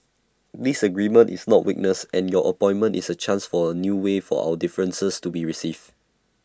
disagreement is not weakness and your appointment is A chance for A new way for our differences to be received